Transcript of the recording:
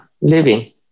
living